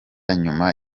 nyuma